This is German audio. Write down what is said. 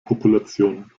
population